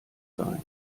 sein